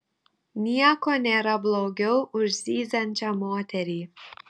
nieko nėra blogiau už zyziančią moterį